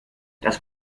das